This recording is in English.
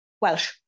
Welsh